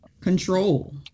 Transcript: control